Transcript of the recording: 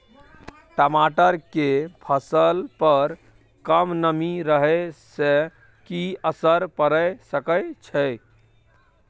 टमाटर के फसल पर कम नमी रहै से कि असर पैर सके छै?